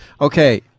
Okay